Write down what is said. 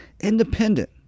independent